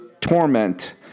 torment